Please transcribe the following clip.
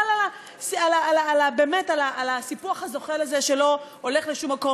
חבל באמת על הסיפוח הזוחל הזה שלא הולך לשום מקום,